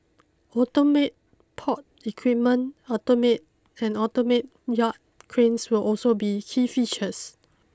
automate port equipment automate and automate yard cranes will also be key features